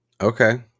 Okay